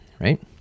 right